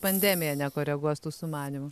pandemija nekoreguos tų sumanymų